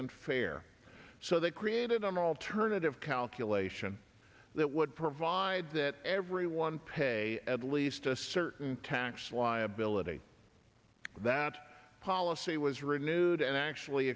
fair so they created an alternative calculation that would provide that everyone pay at least a certain tax liability that policy was renewed and actually